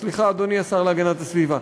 סליחה, אדוני השר להגנת הסביבה.